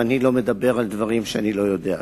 ואיני מדבר על דברים שאיני יודע עליהם.